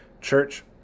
Church